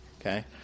okay